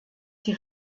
die